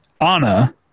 Anna